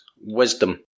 Wisdom